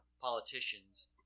politicians